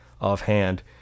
offhand